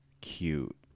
cute